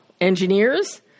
engineers